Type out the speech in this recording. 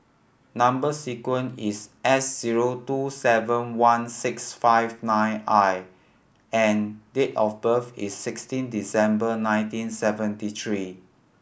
number sequence is S zero two seven one six five nine I and date of birth is sixteen December nineteen seventy three